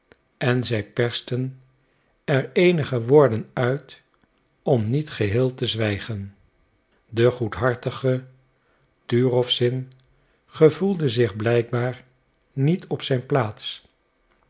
en zij persten er eenige woorden uit om niet geheel te zwijgen de goedhartige turowzin gevoelde zich blijkbaar niet op zijn plaats